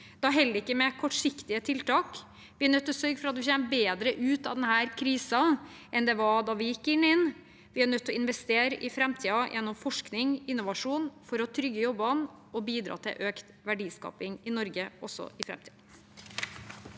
Da holder det ikke med kortsiktige tiltak, vi er nødt til å sørge for at vi kommer bedre ut av denne krisen enn det var da vi gikk inn i den, og vi er nødt til å investere i framtiden gjennom forskning og innovasjon for å trygge jobbene og bidra til økt verdiskaping i Norge også i framtiden.